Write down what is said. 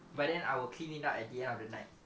but then I will clean it up at the end of the night